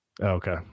okay